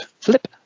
flip